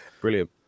brilliant